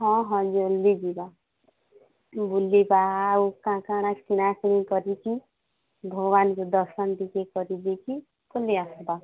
ହଁ ହଁ ଜଲଦି ଯିବା ବୁଲିବା ଆଉ କ'ଣ କିଣା କିଣି କରିକି ଭଗବାନଙ୍କ ଦର୍ଶନ ଟିକେ କରିଦେଇକି ପଳେଇ ଆସିବା